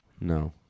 No